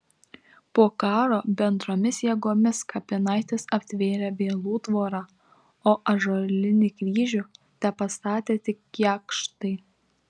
po karo bendromis jėgomis kapinaites aptvėrė vielų tvora o ąžuolinį kryžių tepastatė tik jakštai